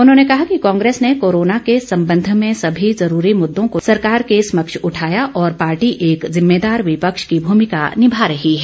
उन्होंने कहा कि कांग्रेस ने कोरोना के संबंध में सभी जरूरी मुददों को सरकार के समक्ष उठाया और पार्टी एक जिम्मेदार विपक्ष की भूमिका निभा रही है